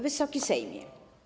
Wysoki Sejmie!